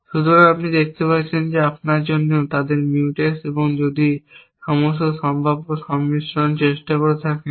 সুতরাং আপনি দেখতে পাচ্ছেন যে আপনার জন্য তাদের মিউটেক্স আপনি যদি সমস্ত সম্ভাব্য সংমিশ্রণ চেষ্টা করে থাকেন